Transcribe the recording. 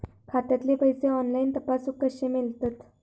खात्यातले पैसे ऑनलाइन तपासुक कशे मेलतत?